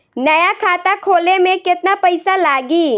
नया खाता खोले मे केतना पईसा लागि?